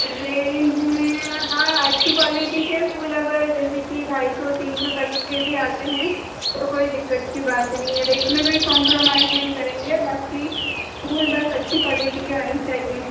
range में हाँ अच्छी क्वालिटी के फूल अगर जैसे कि ढाई सौ तीन सौ तक के भी आते हैं तो कोई दिक्कत की बात नहीं है रेट में कोई कम्प्रोमाईज नहीं करेंगे बाकी फूल बस अच्छी क्वालिटी के आने चाहिए